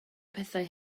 pethau